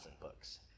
books